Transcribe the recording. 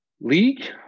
league